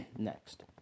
Next